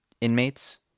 inmates